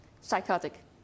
psychotic